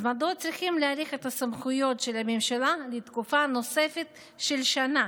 אז מדוע צריכים להאריך את הסמכויות של הממשלה לתקופה נוספת של שנה?